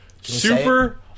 Super